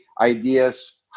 ideas